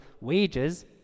wages